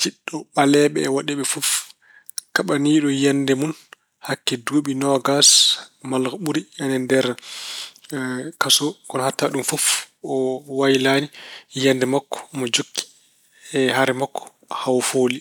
jiɗɗo ɓaleeɓe e woɗeeɓe fof, kaɓaniino yiyannde mum hakke duuɓi noogas malla ko ɓuri ine e nder kaso. Kono hatta ɗum fof, o waylaani yiyannde makko. Omo jokki e hare makko haa o fooli.